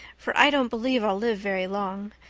for i don't believe i'll live very long.